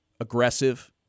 aggressive